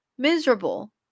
miserable